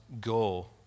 goal